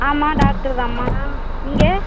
ஆமாம் டாக்டரு தான்மா நீங்கள்